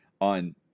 on